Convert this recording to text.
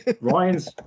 Ryan's